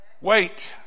Wait